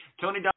Tony